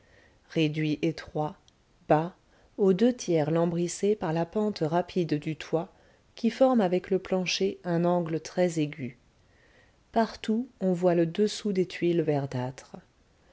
réduit étroit bas aux deux tiers lambrissé par la pente rapide du toit qui forme avec le plancher un angle très aigu partout on voit le dessous des tuiles verdâtres